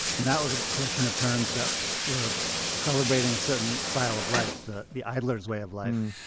and that was a collection of terms that were celebrating a certain style of life the the idler's way of life,